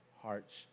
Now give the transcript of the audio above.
hearts